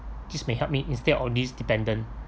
this may help me instead of these dependent